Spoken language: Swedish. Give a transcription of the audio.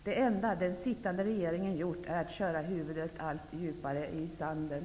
Det enda den sittande regeringen gjort är att köra huvudet allt djupare i sanden.